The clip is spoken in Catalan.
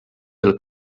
del